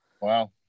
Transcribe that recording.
Wow